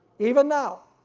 even now,